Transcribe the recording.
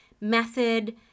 method